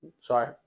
Sorry